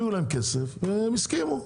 הביאו להם כסף והסכימו.